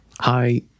hi